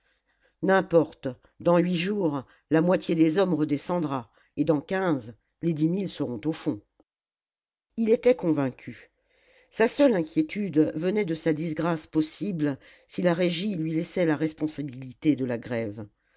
n'importe dans huit jours la moitié des hommes redescendra et dans quinze les dix mille seront au fond il était convaincu sa seule inquiétude venait de sa disgrâce possible si la régie lui laissait la responsabilité de la grève